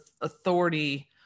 authority